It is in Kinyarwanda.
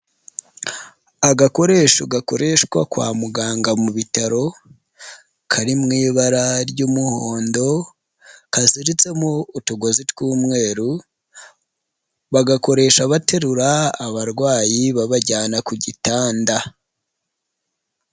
Agakoresho gakoreshwa kwa muganga mu bitaro, kari mu ibara ry'umuhondo, kaziritsemo utugozi tw'umweru, bagakoresha baterura abarwayi babajyana ku gitanda.